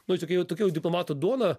nu tokia jau tokia jau diplomato duona